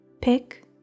Pick